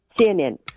CNN